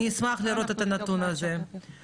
אני אשמח לראות את הנתון הזה.